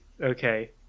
Okay